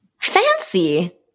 Fancy